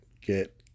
get